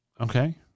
Okay